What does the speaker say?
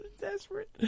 desperate